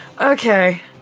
Okay